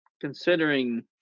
considering